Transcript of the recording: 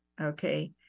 okay